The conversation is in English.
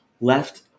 left